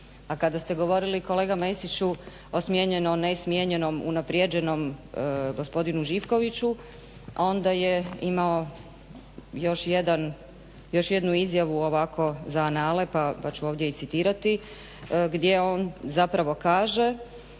A kada ste govorili kolega Mesiću o smijenjenom ne smijenjenom unaprijeđenom gospodinu Živkoviću onda je imao još jednu izjavu ovako za anale pa ću ovdje i citirati gdje on zapravo kaže